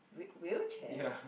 whe~ wheelchair